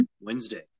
Wednesday